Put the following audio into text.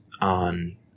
on